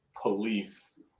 police